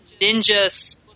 ninjas